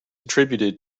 attributed